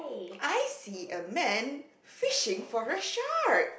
I see a man fishing for a shark